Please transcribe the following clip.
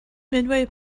midway